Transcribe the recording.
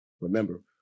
Remember